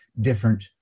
different